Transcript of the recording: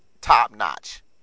top-notch